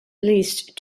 least